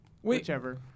Whichever